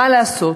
מה לעשות,